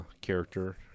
character